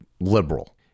liberal